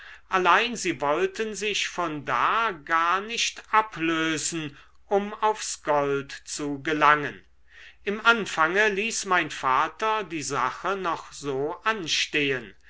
allein sie wollten sich von da gar nicht ablösen um aufs gold zu gelangen im anfange ließ mein vater die sache noch so anstehen